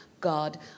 God